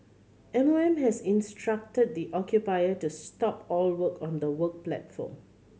M O M has instructed the occupier to stop all work on the work platform